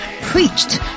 preached